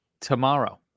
tomorrow